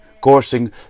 coursing